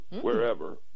wherever